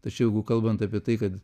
tai čia jeigu kalbant apie tai kad